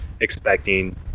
expecting